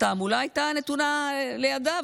התעמולה הייתה נתונה לידיו,